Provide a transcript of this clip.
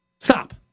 Stop